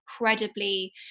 incredibly